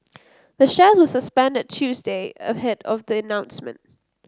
the shares were suspended Tuesday ahead of the announcement